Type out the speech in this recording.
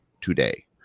today